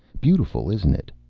beautiful, isn't it?